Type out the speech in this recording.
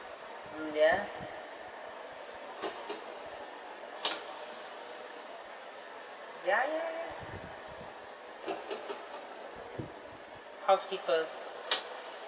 mm ya ya ya ya housekeeper